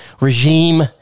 regime